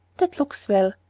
that looks well.